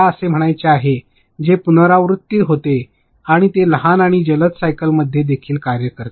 मला असे म्हणायचे आहे जे पुनरावृत्ती होते आणि ते लहान आणि जलद सायकल मध्ये देखील कार्य करते